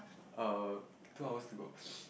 uh two hours to go